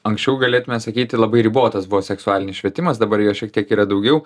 anksčiau galėtume sakyti labai ribotas buvo seksualinis švietimas dabar jo šiek tiek yra daugiau